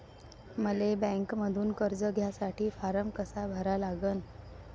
मले बँकेमंधून कर्ज घ्यासाठी फारम कसा भरा लागन?